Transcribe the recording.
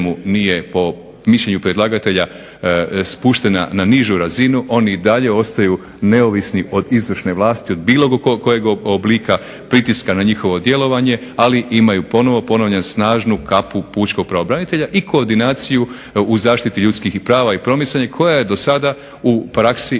nije po mišljenju predlagatelja spuštena na nižu razinu. Oni i dalje ostaju neovisni od izvršne vlasti od bilo kojeg oblika pritiska na njihovo djelovanje, ali imaju ponovno ponavljam snažnu kapu pučkog pravobranitelja i koordinaciju u zaštiti ljudskih i prava i promicanja koja je dosada u praksi